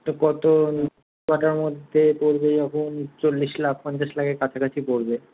তো কত হুঁ কাঠার মধ্যে পড়বে এখন চল্লিশ লাখ পঞ্চাশ লাখের কাছাকাছি পড়বে